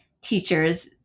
teachers